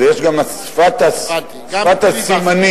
יש גם שפת הסימנים.